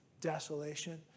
desolation